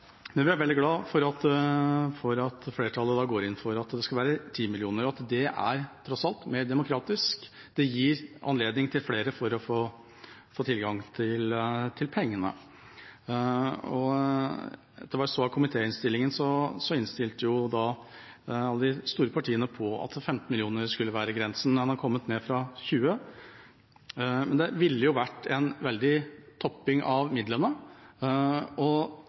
men vi er veldig glad for at flertallet går inn for at det skal være 10 mill. kr, det er tross alt mer demokratisk. Det gir flere anledning til å få tilgang til pengene. Etter hva jeg så av komitéinnstillingen, innstilte alle de store partiene på at 15 mill. kr skulle være grensen. Man er kommet ned fra 20 mill. kr, men det ville vært en veldig topping av midlene.